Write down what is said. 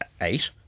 eight